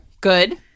Good